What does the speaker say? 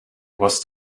was